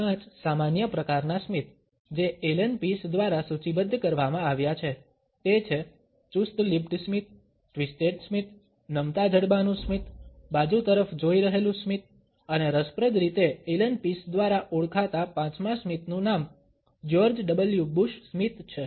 5 સામાન્ય પ્રકારનાં સ્મિત જે એલન પીસ દ્વારા સૂચિબદ્ધ કરવામાં આવ્યા છે તે છે ચુસ્ત લિપ્ડ સ્મિત ટ્વિસ્ટેડ સ્મિત નમતા જડબાનું સ્મિત બાજુ તરફ જોઈ રહેલું સ્મિત અને રસપ્રદ રીતે એલન પીસ દ્વારા ઓળખાતા પાંચમા સ્મિતનું નામ જ્યોર્જ ડબલ્યુ બુશ સ્મિત છે